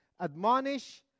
admonish